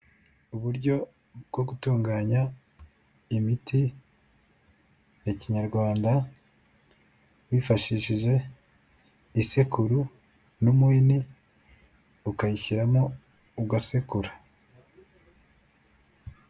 Uburyo bwo gutunganya imiti ya kinyarwanda wifashishije isekuru n'umuhini ukayishyiramo ugasekura.